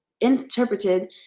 interpreted